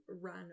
run